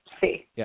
See